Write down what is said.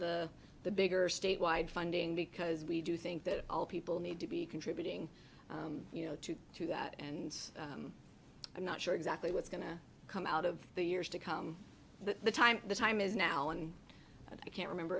the the bigger statewide funding because we do think that all people need to be contributing to that and i'm not sure exactly what's going to come out of the years to come the time the time is now and i can't remember